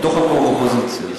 מתוך האופוזיציה.